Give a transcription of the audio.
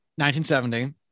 1970